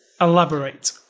Elaborate